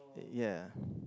ya